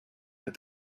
that